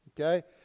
okay